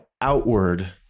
outward